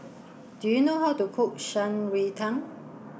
do you know how to cook Shan Rui Tang